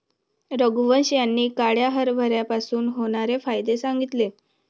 रघुवंश यांनी काळ्या हरभऱ्यापासून होणारे फायदे सांगितले